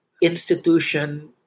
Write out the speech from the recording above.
institution